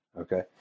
Okay